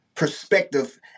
Perspective